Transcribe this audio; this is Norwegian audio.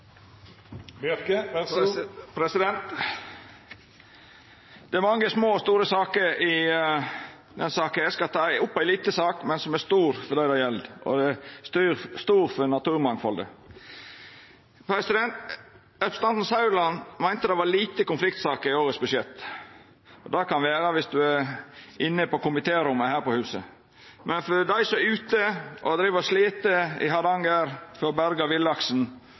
Det er mange små og store saker i denne saka. Eg skal ta opp ei lita sak, men som er stor for dei ho gjeld, og stor for naturmangfaldet. Representanten Saudland meinte det var få konfliktsaker i årets budsjett. Det kan vera viss ein er inne på komitérommet her på huset, men for dei som er ute og driv og slit i Hardanger for å berga villaksen,